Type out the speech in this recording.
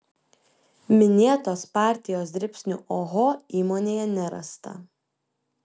minėtos partijos dribsnių oho įmonėje nerasta